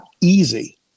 easy